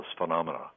phenomena